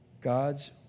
God's